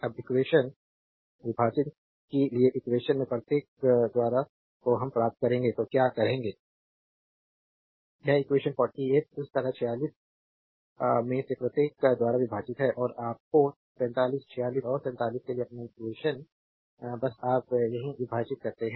अब इक्वेशन ४८ विभाजन कि ४८ है कि इक्वेशन के प्रत्येक द्वारा ४५ ४६ और ४७ तो हम प्राप्त करेंगे तो क्या करेंगे स्लाइड समय देखें 1442 यह इक्वेशन 48 इस तरह 46 में से प्रत्येक द्वारा विभाजित है कि आपके 45 46 और 47 के लिए आपका इक्वेशन बस आप सही विभाजित करते हैं